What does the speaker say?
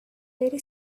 very